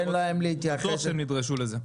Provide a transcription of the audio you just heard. בטוח שהם נדרשו לזה.